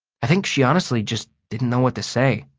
i think she honestly just didn't know what to say.